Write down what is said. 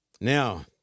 Now